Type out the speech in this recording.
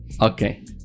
Okay